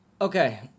Okay